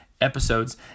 episodes